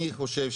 אני חושב,